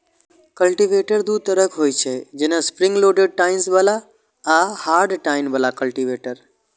cultivator दू तरहक होइ छै, जेना स्प्रिंग लोडेड टाइन्स बला आ हार्ड टाइन बला कल्टीवेटर